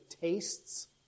tastes